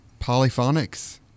polyphonics